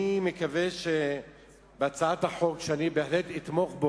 אני מקווה שהצעת החוק, שאני בהחלט אתמוך בה